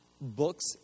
books